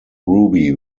ruby